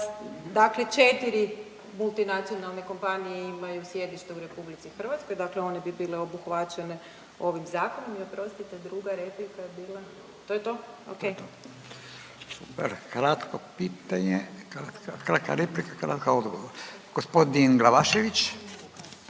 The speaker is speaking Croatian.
Dakle, četiri multinacionalne kompanije imaju sjedište u RH, dakle one bi bile obuhvaćene ovim zakonom. I oprostite, druga replika je bila? To je to, ok. **Radin, Furio (Nezavisni)** Kratko pitanje, kratka replika, kratak odgovor. Gospodin Glavašević.